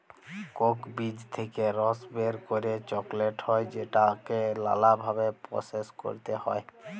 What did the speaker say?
Coke বীজ থেক্যে রস বের করে চকলেট হ্যয় যেটাকে লালা ভাবে প্রসেস ক্যরতে হ্য়য়